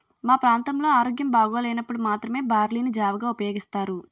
మా ప్రాంతంలో ఆరోగ్యం బాగోలేనప్పుడు మాత్రమే బార్లీ ని జావగా ఉపయోగిస్తారు